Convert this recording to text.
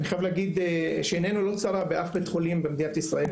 אני חייב להגיד שעינינו לא צרה באף בית חולים במדינת ישראל,